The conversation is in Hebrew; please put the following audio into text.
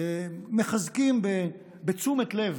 מחזקים בתשומת לב